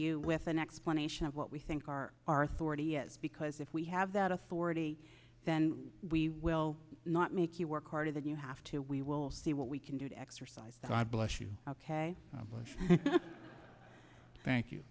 you with an explanation of what we think our because if we have that authority then we will not make you work harder than you have to we will see what we can do to exercise that i bless you ok thank you